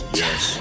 yes